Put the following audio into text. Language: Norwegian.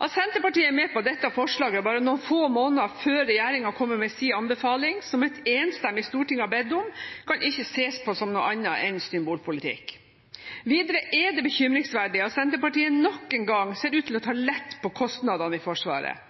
At Senterpartiet er med på dette forslaget bare noen få måneder før regjeringen kommer med sin anbefaling, som et enstemmig storting har bedt om, kan ikke ses på som noe annet enn symbolpolitikk. Videre er det bekymringsverdig at Senterpartiet nok en gang ser ut til å ta lett på kostnadene i Forsvaret.